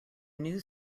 news